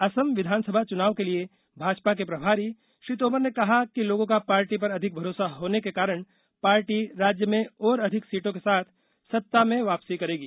असम विधानसभा चुनाव के लिए भाजपा के प्रभारी श्री तोमर ने कहा कि लोगों का पार्टी पर अधिक भरोसा होने के कारण पार्टी राज्य में और अधिक सीटों के साथ सत्ता में वापसी करेगी